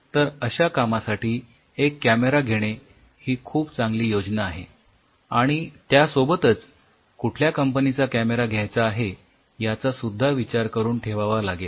तर अश्या कामासाठी एक कॅमेरा घेणे ही खूप चांगली योजना आहे आणि त्यासोबतच कुठल्या कंपनीचा कॅमेरा घ्यायचा आहे याचा सुद्धा विचार करून ठेवावा लागेल